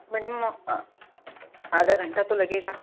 madam आधा घंटा तो लगेगा